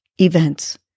events